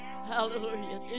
Hallelujah